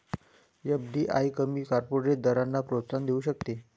FDI कमी corporate दरांना प्रोत्साहन देऊ शकते